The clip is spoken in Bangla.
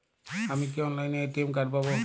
আমি কি অনলাইনে এ.টি.এম কার্ড পাব?